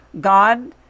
God